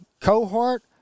cohort